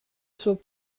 صبح